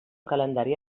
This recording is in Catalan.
calendari